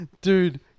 Dude